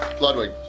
Ludwig